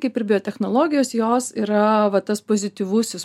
kaip ir biotechnologijos jos yra va tas pozityvusis